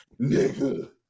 nigga